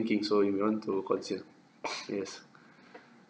so you may want to consider yes